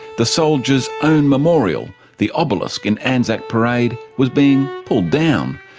the soldiers' own memorial, the obelisk in anzac parade, was being pulled down,